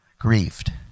grieved